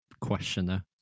questioner